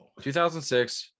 2006